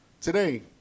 Today